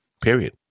Period